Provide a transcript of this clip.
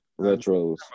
retros